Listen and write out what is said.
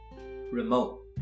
remote